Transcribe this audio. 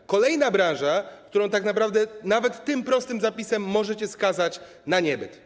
To kolejna branża, którą tak naprawdę nawet tym prostym zapisem możecie skazać na niebyt.